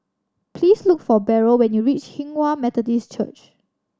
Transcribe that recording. please look for Beryl when you reach Hinghwa Methodist Church